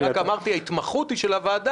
אני רק אמרתי: ההתמחות היא של הוועדה,